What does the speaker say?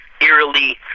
eerily